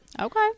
Okay